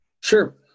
Sure